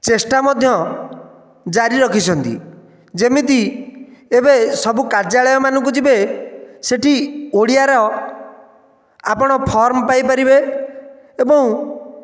ଚେଷ୍ଟା ମଧ୍ୟ ଜାରି ରଖିଛନ୍ତି ଯେମିତି ଏବେ ସବୁ କାର୍ଯ୍ୟାଳୟମାନଙ୍କୁ ଯିବେ ସେଠି ଓଡ଼ିଆର ଆପଣ ଫର୍ମ ପାଇପାରିବେ ଏବଂ